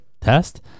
test